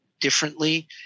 differently